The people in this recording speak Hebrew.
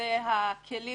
לגבי הכלים